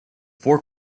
four